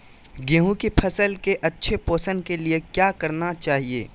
गेंहू की फसल के अच्छे पोषण के लिए क्या करना चाहिए?